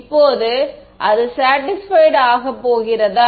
இப்போது அது சேடிஸ்பைட் அடையப் போகிறதா